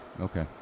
Okay